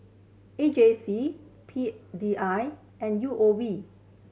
A J C P D I and U O B